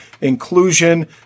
inclusion